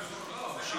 לא, רק אני.